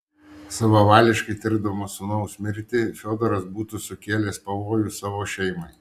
savavališkai tirdamas sūnaus mirtį fiodoras būtų sukėlęs pavojų savo šeimai